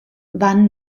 wann